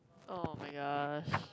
oh-my-gosh